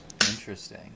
Interesting